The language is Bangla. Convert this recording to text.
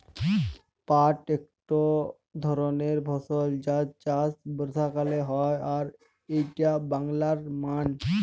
পাট একট ধরণের ফসল যার চাষ বর্ষাকালে হয় আর এইটা বাংলার মান